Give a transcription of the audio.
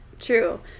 True